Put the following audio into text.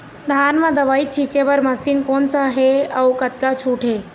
धान म दवई छींचे बर मशीन कोन सा हे अउ कतका छूट हे?